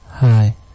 Hi